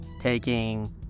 taking